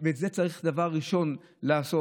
ואת זה צריך דבר ראשון לעשות.